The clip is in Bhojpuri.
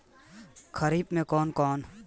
खरीफ मे कौन कौन फसल के खेती करल जा सकत बा?